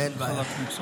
אנחנו התחלקנו.